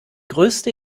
größte